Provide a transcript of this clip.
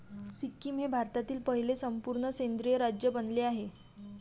सिक्कीम हे भारतातील पहिले संपूर्ण सेंद्रिय राज्य बनले आहे